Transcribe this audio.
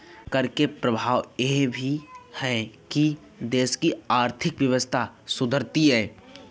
कर के प्रभाव यह भी है कि देश की आर्थिक व्यवस्था सुधरती है